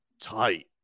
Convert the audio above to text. tight